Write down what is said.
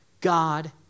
God